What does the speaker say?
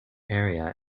area